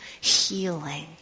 healing